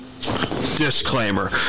Disclaimer